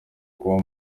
kuba